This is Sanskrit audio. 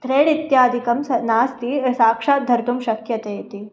त्रेड् इत्यादिकं स नास्ति साक्षात् धर्तुं शक्यते इति